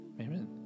Amen